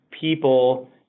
people